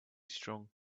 strong